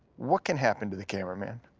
what can happen to the cameraman?